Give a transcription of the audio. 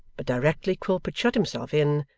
but directly quilp had shut himself in,